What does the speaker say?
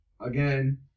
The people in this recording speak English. again